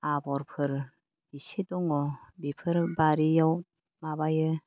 आबरफोर एसे दङ' बेफोर बारियाव माबायो